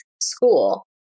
school